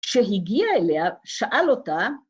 כשהגיע אליה, שאל אותה